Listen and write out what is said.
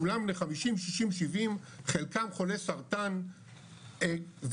כולם בני 50-70 חלקם חולי סרטן והתחננו,